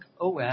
OS